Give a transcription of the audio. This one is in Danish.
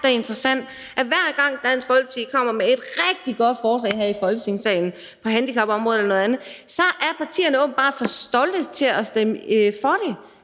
at hver gang Dansk Folkeparti kommer med et rigtig godt forslag her i Folketingssalen på handicapområdet eller noget andet, er partierne åbenbart for stolte til at stemme for det.